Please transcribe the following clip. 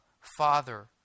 Father